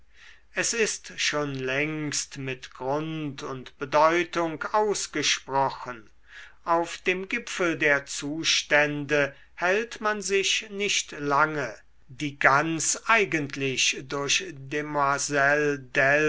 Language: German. es ist schon längst mit grund und bedeutung ausgesprochen auf dem gipfel der zustände hält man sich nicht lange die ganz eigentlich durch